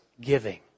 giving